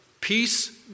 Peace